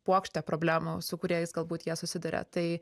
puokštė problemų su kuriais galbūt jie susiduria tai